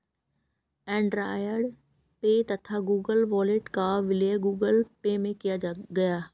Android Pay तथा Google Wallet का विलय गूगल पे में किया गया